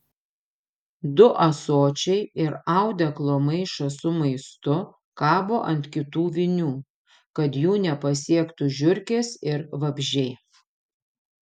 du ąsočiai ir audeklo maišas su maistu kabo ant kitų vinių kad jų nepasiektų žiurkės ir vabzdžiai